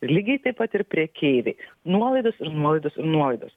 lygiai taip pat ir prekeiviai nuolaidos ir nuolaidos nuolaidos